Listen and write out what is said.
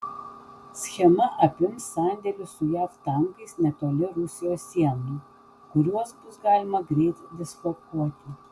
schema apims sandėlius su jav tankais netoli rusijos sienų kuriuos bus galima greit dislokuoti